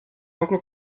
oncle